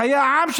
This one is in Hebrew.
בחיי העם שלהם.